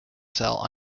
sale